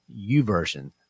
uversion